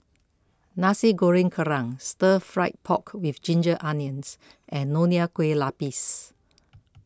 Nasi Goreng Kerang Stir Fried Pork with Ginger Onions and Nonya Kueh Lapis